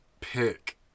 pick